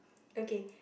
okay